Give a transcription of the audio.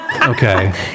okay